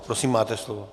Prosím, máte slovo.